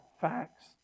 facts